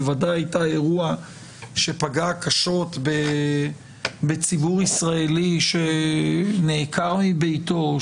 בוודאי היה אירוע שפגע קשות בציבור ישראלי שנעקר מביתו,